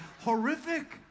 horrific